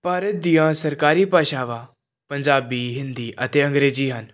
ਭਾਰਤ ਦੀਆਂ ਸਰਕਾਰੀ ਭਾਸ਼ਾਵਾਂ ਪੰਜਾਬੀ ਹਿੰਦੀ ਅਤੇ ਅੰਗਰੇਜ਼ੀ ਹਨ